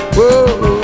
Whoa